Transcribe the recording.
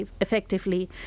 effectively